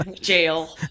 jail